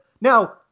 Now